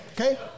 Okay